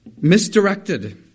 misdirected